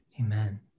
amen